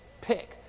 pick